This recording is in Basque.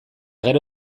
gero